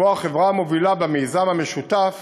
החברה המובילה במיזם המשותף